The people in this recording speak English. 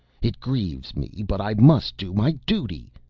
it grieves me, but i must do my duty.